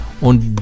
Und